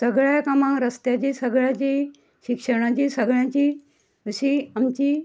सगळ्या कामांक रस्त्याचीं सगळ्यांचीं शिक्षणाचीं सगळ्यांचीं अशी आमची